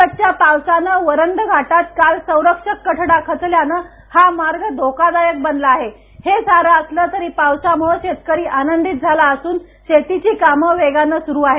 सततच्या पावसानं वरंध घाटात काल संरक्षक कठडा खचल्यानं हा मार्ग धोकादायक बनला आहे हे सारं असलं तरी पावसामुळे शेतकरी आनंदीत झाला असून शेतीची कामं वेगानं सुरू आहेत